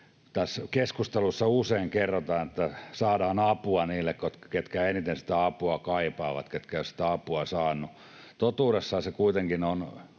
keskustelussa usein kerrotaan, että saadaan apua niille, ketkä eniten sitä apua kaipaavat, ketkä eivät ole sitä apua saaneet. Totuudessahan kuitenkin